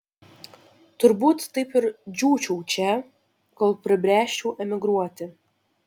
turbūt taip ir džiūčiau čia kol pribręsčiau emigruoti